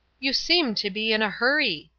you seem to be in a hurry,